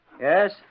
Yes